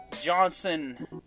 Johnson